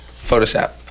Photoshop